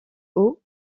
aux